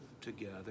together